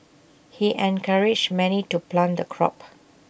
he encouraged many to plant the crop